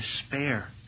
despair